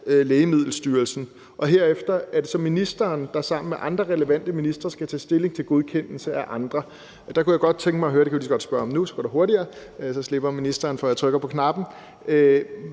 Lægemiddelstyrelsen, og herefter er det så ministeren, der sammen med andre relevante ministre skal tage stilling til godkendelse af andre. Der kunne jeg godt tænke mig at høre om noget – det kan jeg lige så godt spørge om nu, for så går det hurtigere, og så slipper ministeren for, at jeg trykker på knappen: